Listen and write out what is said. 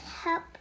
help